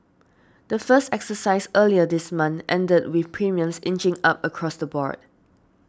the first exercise earlier this month ended with premiums inching up across the board